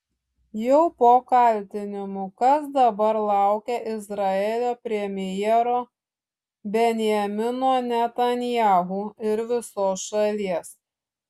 jau po kaltinimų kas dabar laukia izraelio premjero benjamino netanyahu ir visos šalies